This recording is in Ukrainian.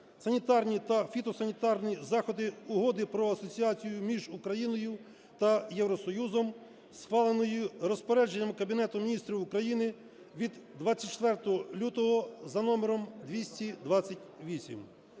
"Санітарні та фітосанітарні заходи" Угоди про асоціацію між Україною та Євросоюзом, схваленої Розпорядженням Кабінету Міністрів України від 24 лютого за номером 228.